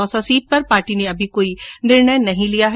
Dausa seat पर party ने अभी तक निर्णय नहीं लिया है